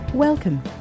Welcome